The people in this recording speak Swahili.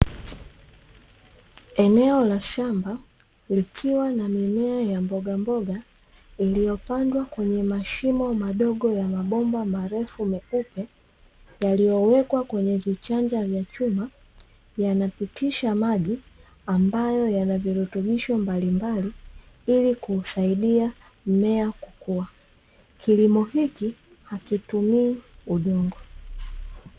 Eneo la shamba, likiwa na mimea ya mbogamboga iliyopandwa kwenye mashimo madogo ya mabomba marefu meupe, yaliyowekwa kwenye vichanja vya chuma, yanapitisha maji ambayo yanavirutubisho mbalimbali ili kusaidia mmea kukua. Kilimo hiki hakitumii udongo.